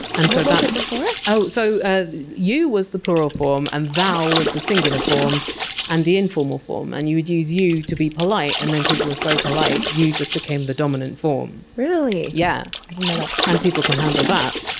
so it before? oh, so ah you was the plural form and thou was the singular form and the informal form. and you would use you to be polite. and then people were so polite you just became the dominant form. really? yeah. i didn't know that. and people can handle that.